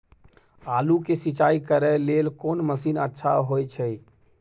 आलू के सिंचाई करे लेल कोन मसीन अच्छा होय छै?